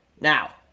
Now